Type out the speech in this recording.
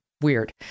weird